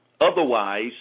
Otherwise